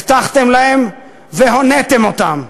הבטחתם להם והוניתם אותם.